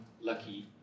lucky